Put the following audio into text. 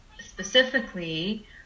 specifically